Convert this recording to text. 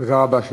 תודה רבה.